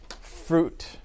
fruit